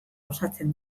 osatzen